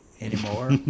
anymore